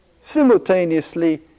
simultaneously